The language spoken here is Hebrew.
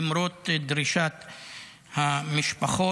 למרות דרישת המשפחות,